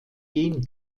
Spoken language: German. gen